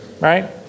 right